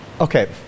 okay